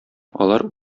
алар